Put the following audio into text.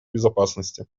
безопасности